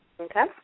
Okay